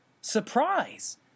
surprise